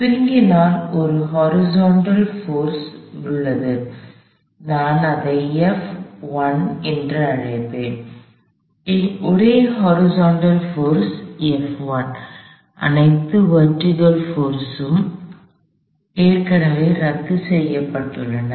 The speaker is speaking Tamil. ஸ்பிரிங்கினால் ஒரு ஹாரிஸான்டல் போர்ஸ்Horizontal forceகிடைமட்ட விசை உள்ளது இதை நான் அழைப்பேன் ஒரே ஹாரிஸான்டல் போர்ஸ் அனைத்து வெர்டிகள் போர்ஸ் உம் Vertical force செங்குத்து சக்தி ஏற்கனவே ரத்து செய்யப்பட்டுள்ளன